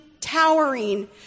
towering